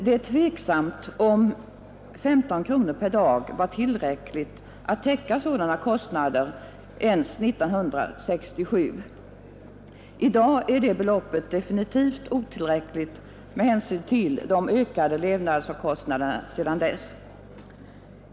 Det är tveksamt om 15 kronor per dag var tillräckligt för att täcka sådana kostnader ens 1967. I dag är detta belopp definitivt otillräckligt med hänsyn till de ökade levnadskostnaderna sedan dess.